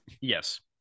Yes